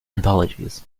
anthologies